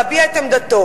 להביע את עמדתו.